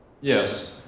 Yes